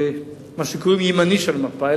מה שקוראים הימני של המפה,